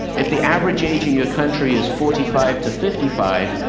if the average age in your country is forty five to fifty five,